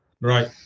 Right